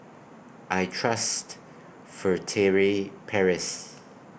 I Trust Furtere Paris